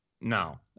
No